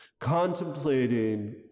contemplating